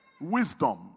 Wisdom